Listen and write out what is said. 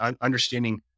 understanding